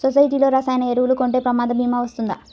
సొసైటీలో రసాయన ఎరువులు కొంటే ప్రమాద భీమా వస్తుందా?